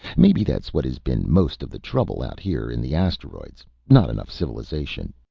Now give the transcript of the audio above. maybe that's what has been most of the trouble out here in the asteroids. not enough civilization.